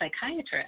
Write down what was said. psychiatrist